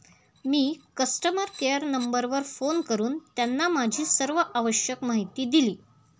मी customer care नंबरवर phone करून त्यांना माझी सर्व आवश्यक माहिती दिली